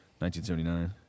1979